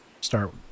start